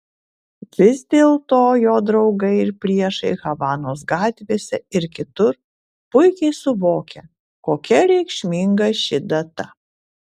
vis dėlto jo draugai ir priešai havanos gatvėse ir kitur puikiai suvokia kokia reikšminga ši data